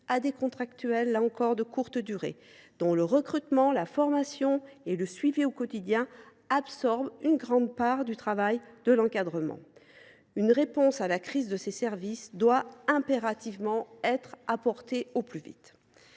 à des contractuels de courte durée, dont le recrutement, la formation et le suivi au quotidien absorbent une grande part du temps de travail de l’encadrement ». Une réponse à la crise de ces services doit impérativement être apportée au plus vite.